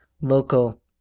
local